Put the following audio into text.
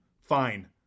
Fine